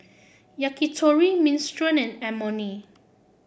Yakitori Minestrone and Imoni